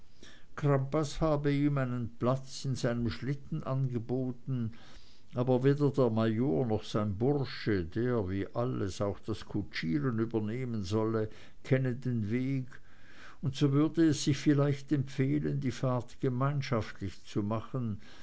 habe ihm einen platz in seinem schlitten angeboten aber weder der major noch sein bursche der wie alles auch das kutschieren übernehmen solle kenne den weg und so würde es sich vielleicht empfehlen die fahrt gemeinschaftlich zu machen